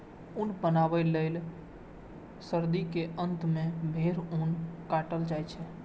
ऊन बनबै लए सर्दी के अंत मे भेड़क ऊन काटल जाइ छै